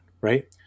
right